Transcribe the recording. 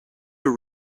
your